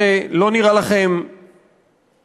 זה לא נראה לכם מזעזע?